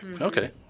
Okay